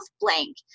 blank